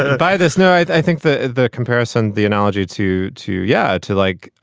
by this night i think the the comparison the analogy to to. yeah. to like,